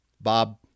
Bob